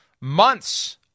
months